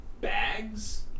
bags